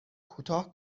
کوتاه